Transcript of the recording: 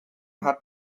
hat